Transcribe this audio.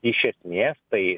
iš esmės tai